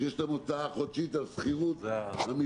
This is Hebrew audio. שיש להם הוצאה חודשית על שכירות במבנה.